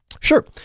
sure